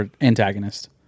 antagonist